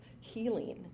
healing